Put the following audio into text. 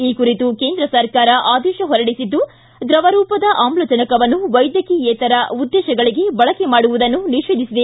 ಈ ಕುರಿತು ಕೇಂದ್ರ ಸರ್ಕಾರ ಆದೇಶ ಹೊರಡಿಸಿದ್ದು ದ್ರವರೂಪದ ಆಮ್ಲಜನಕವನ್ನು ವೈದ್ಯಕೀಯೇತರ ಉದ್ದೇಶಗಳಿಗೆ ಬಳಕೆ ಮಾಡುವುದನ್ನು ನಿಷೇಧಿಸಿದೆ